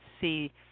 see